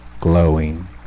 glowing